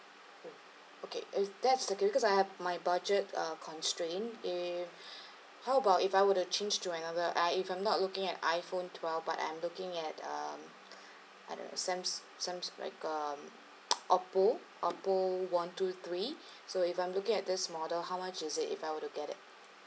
okay okay if that's the case because I have my budget uh constraint if how about if I would to change to another I if I'm not looking at iphone twelve but I'm looking at um I don't know sams~ sams~ like um Oppo Oppo one two three so if I'm looking at this model how much is it if I would to get it